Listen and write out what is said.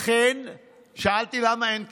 לכן שאלתי למה אין כסף,